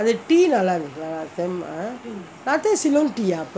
அந்த:antha tea நல்லாருக்கும்:nallarukkum lah தெரிமா:terimaa last time ceylon tea ah